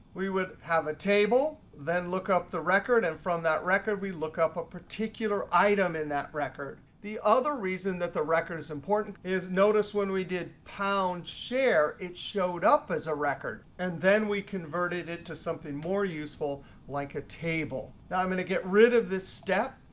we would have a table then look up the record, and from that record we look up a particular item in that record. the other reason that the record is important is notice when we did pound share, it showed up as a record, and then we converted it into something more useful like a table. now i'm going to get rid of this step,